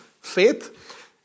Faith